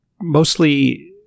mostly